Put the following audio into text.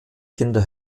kinder